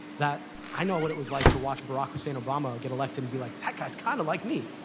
that i know what it was like to watch barack hussein obama get elected and be like, that guy is kind of like me,